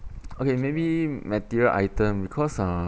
okay maybe material items because uh